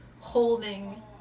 holding